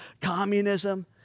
communism